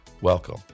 Welcome